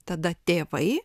tada tėvai